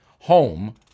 Home